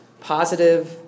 positive